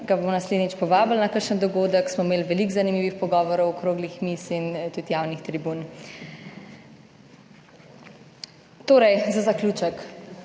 ga bomo naslednjič povabili na kakšen dogodek, smo imeli veliko zanimivih pogovorov, okroglih miz in tudi javnih tribun. Torej, za zaključek,